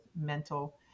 mental